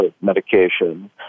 medication